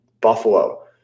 Buffalo